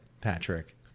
Patrick